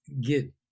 get